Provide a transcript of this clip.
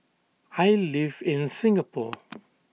I live in Singapore